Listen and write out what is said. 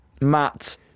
Matt